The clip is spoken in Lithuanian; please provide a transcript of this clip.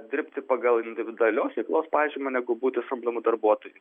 dirbti pagal individualios veiklos pažymą negu būti samdomu darbuotoju